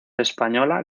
española